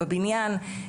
בבניין,